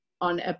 on